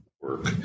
work